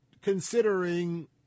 considering